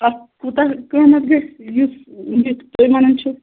اتھ کوٗتاہ قٍمَت گَژھِ یُس تُہۍ ووٚنمُت چھُو